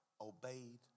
obeyed